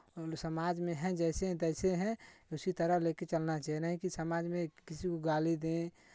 समाज में है जैसे तैसे हैं उसी तरह लेके चलना चाहिए नहीं कि समाज में किसी को गाली दें